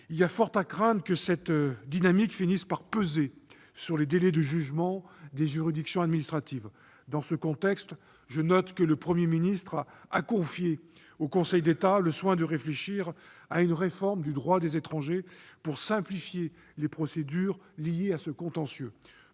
Il y a fort à craindre que cette dynamique finisse par peser sur les délais de jugement des juridictions administratives. Dans ce contexte, je note que le Premier ministre a confié au Conseil d'État le soin de réfléchir à une réforme du droit des étrangers pour simplifier les procédures liées à ce contentieux.